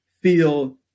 feel